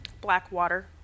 Blackwater